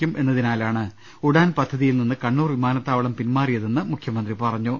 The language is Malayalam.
ക്കുമെന്നതിനാലാണ് ഉഡാൻ പദ്ധതിയിൽ നിന്ന് കണ്ണൂർ വിമാനത്താവളം പിന്മാറിയതെന്ന് മുഖ്യമന്ത്രി പറഞ്ഞു